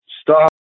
stop